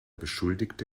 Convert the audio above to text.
beschuldigte